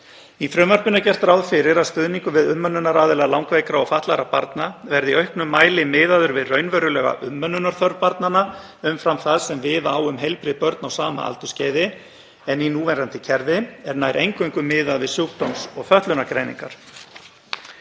Í frumvarpinu er gert ráð fyrir að stuðningur við umönnunaraðila langveikra og fatlaðra barna verði í auknum mæli miðaður við raunverulega umönnunarþörf barnanna umfram það sem við á um heilbrigð börn á sama aldursskeiði en í núverandi kerfi er nær eingöngu miðað við sjúkdóms- og fötlunargreiningar.